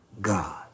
God